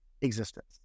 existence